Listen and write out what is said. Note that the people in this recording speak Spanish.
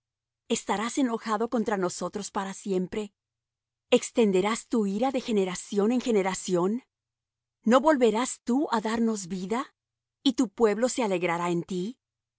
estarás enojado contra nosotros para siempre extenderás tu ira de generación en generación no volverás tú á darnos vida y tu pueblo se alegrará en ti